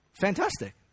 Fantastic